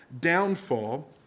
downfall